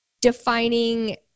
defining